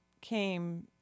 Came